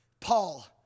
Paul